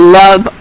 love